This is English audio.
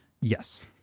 Yes